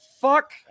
fuck